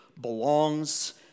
belongs